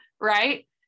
right